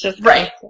Right